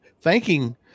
thanking